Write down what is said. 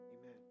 amen